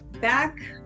Back